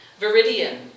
viridian